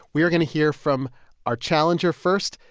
we're going to hear from our challenger first,